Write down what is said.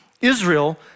Israel